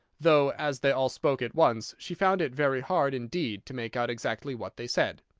though, as they all spoke at once, she found it very hard indeed to make out exactly what they said.